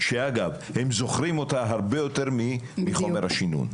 שאגב הם זוכרים אותה הרבה יותר מחומר השינון.